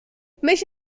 mich